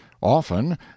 Often